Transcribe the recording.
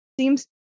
seems